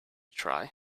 try